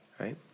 right